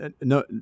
no